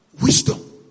Wisdom